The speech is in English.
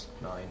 Nine